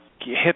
hit